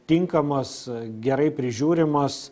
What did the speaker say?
tinkamos gerai prižiūrimos